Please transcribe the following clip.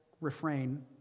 refrain